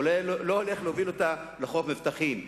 הוא לא הולך להוביל אותה לחוף מבטחים.